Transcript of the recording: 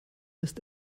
ist